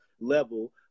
level